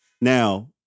now